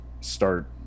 start